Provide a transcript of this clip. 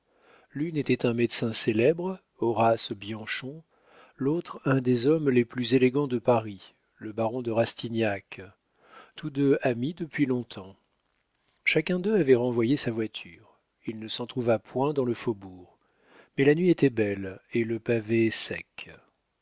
l'une était un médecin célèbre horace bianchon l'autre un des hommes les plus élégants de paris le baron de rastignac tous deux amis depuis long-temps chacun d'eux avait renvoyé sa voiture il ne s'en trouva point dans le faubourg mais la nuit était belle et le pavé sec